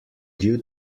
due